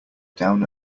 down